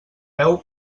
veu